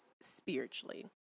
spiritually